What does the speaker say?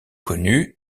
connue